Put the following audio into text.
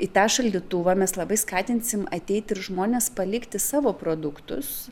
į tą šaldytuvą mes labai skatinsim ateit ir žmones palikti savo produktus